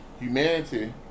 Humanity